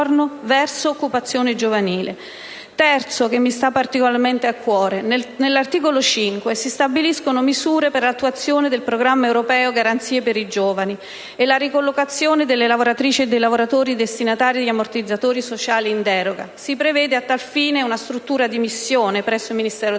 terzo mi sta particolarmente a cuore. Nell'articolo 5 si stabiliscono misure per l'attuazione del programma europeo «Garanzia per i giovani» e per la ricollocazione delle lavoratrici e dei lavoratori destinatari di ammortizzatori sociali in deroga. Si prevede a tal fine una struttura di missione presso il Ministero del lavoro.